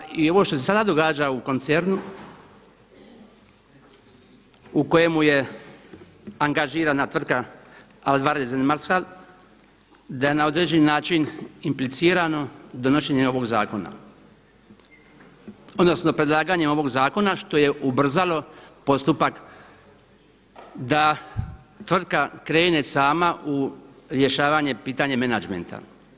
Ja tvrdim da i ovo što se sada događa u koncernu u kojemu je angažirana tvrtka Alavarez & Marshal da je na određeni način implicirano donošenje ovog zakona odnosno predlaganje ovog zakona što je ubrzalo postupak da tvrtka krene sama u rješavanje pitanje menadžmenta.